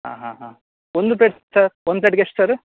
ಹಾಂ ಹಾಂ ಹಾಂ ಒಂದು ಪ್ಲೇಟ್ ಚ ಒಂದು ಪ್ಲೇಟಿಗೆ ಎಷ್ಟು ಸರ